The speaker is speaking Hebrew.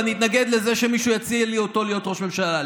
ואני מתנגד לזה שמישהו יציע לי אותו להיות ראש ממשלה.